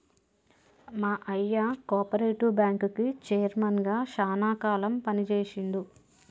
మా అయ్య కోపరేటివ్ బ్యాంకుకి చైర్మన్ గా శానా కాలం పని చేశిండు